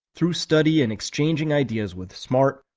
through study and exchanging ideas with smart,